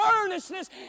earnestness